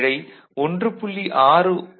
ஒரு வேளை 1